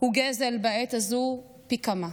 הוא גזל, ובעת הזו פי כמה.